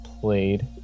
played